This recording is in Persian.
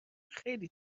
خیلی